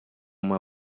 uma